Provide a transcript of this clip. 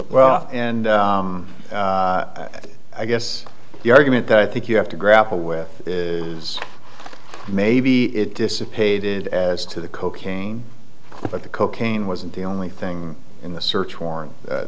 well and i guess the argument that i think you have to grapple with is maybe it dissipated as to the cocaine but the cocaine wasn't the only thing in the search warrant